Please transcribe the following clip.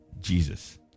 Jesus